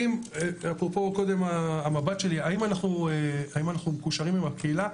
אפרופו, המבט שלי - האם אנחנו מקושרים עם הקהילה?